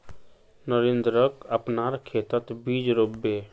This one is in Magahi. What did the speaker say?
नरेंद्रक अपनार खेतत बीज रोप बे